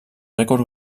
rècord